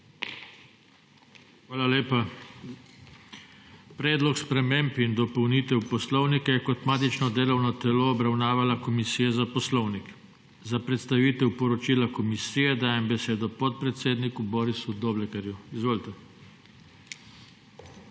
Hvala lepa. Predlog sprememb in dopolnitev Poslovnika državnega zbora je kot matično delovno telo obravnavala Komisija za poslovnik. Za predstavitev poročila komisije dajem besedo podpredsedniku Borisu Doblekarju. Izvolite. BORIS